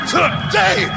Today